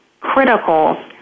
critical